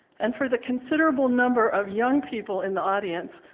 and for the considerable number of young people in the audience,